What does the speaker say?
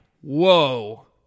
Whoa